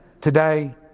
today